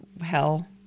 hell